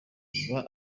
biba